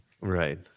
Right